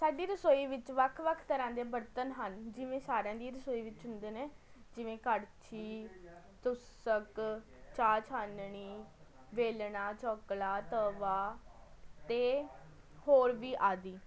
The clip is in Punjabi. ਸਾਡੀ ਰਸੋਈ ਵਿੱਚ ਵੱਖ ਵੱਖ ਤਰ੍ਹਾਂ ਦੇ ਬਰਤਨ ਹਨ ਜਿਵੇਂ ਸਾਰਿਆਂ ਦੀ ਰਸੋਈ ਵਿੱਚ ਹੁੰਦੇ ਨੇ ਜਿਵੇਂ ਕੜਛੀ ਤੂਸੱਗ ਚਾਹ ਛਾਨਣੀ ਵੇਲਣਾ ਚਕਲਾ ਤਵਾ ਅਤੇ ਹੋਰ ਵੀ ਆਦਿ